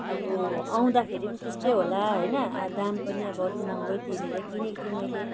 अब आउँदाखेरि त्यस्तै होला होइन आ दाम पनि अब महँगै तिरेर किनेको थिएँ मैले